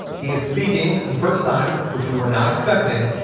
he is speaking for the first time, which we were not expecting.